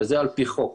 וזה על פי חוק.